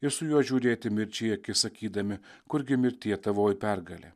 ir su juo žiūrėti mirčiai į akis sakydami kurgi mirtie tavoji pergalė